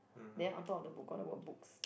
then on top of the book got the word books